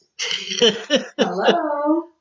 Hello